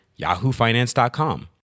yahoofinance.com